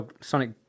Sonic